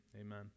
amen